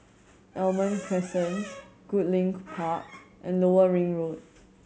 Almond Crescent Goodlink Park and Lower Ring Road